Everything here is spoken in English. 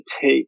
take